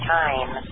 time